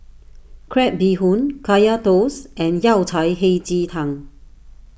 Crab Bee Hoon Kaya Toast and Yao Cai Hei Ji Tang